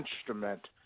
instrument